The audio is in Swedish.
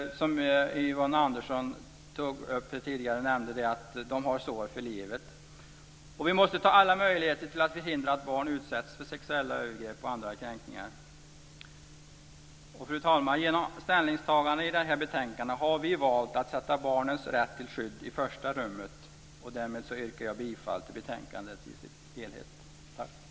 Som Yvonne Andersson tidigare sade har de sår för livet. Vi måste ta alla möjligheter att förhindra att barn utsätts för sexuella övergrepp och andra kränkningar. Fru talman! Genom ställningstagandena i det här betänkandet har vi valt att sätta barnens rätt till skydd i första rummet. Därmed yrkar jag bifall till betänkandets hemställan i dess helhet.